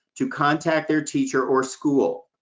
to contact their teacher or school.